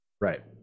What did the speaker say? right